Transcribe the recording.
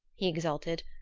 he exulted.